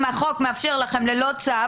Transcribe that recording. אם החוק מאפשר ללא צו,